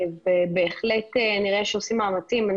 בהחלט נראה שעושים מאמצים.